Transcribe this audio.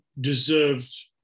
deserved